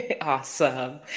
Awesome